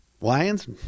Lions